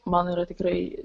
man yra tikrai